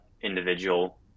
individual